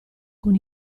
con